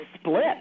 split